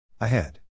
ahead